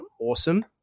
awesome